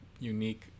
unique